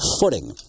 footing